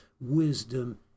wisdom